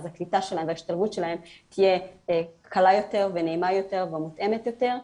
אז הקליטה שלהם וההשתלבות שלהם תהיה קלה יותר ונעימה יותר ומותאמת יותר.